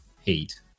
heat